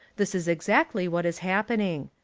this is exactly what is happening.